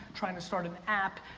trying to start an app.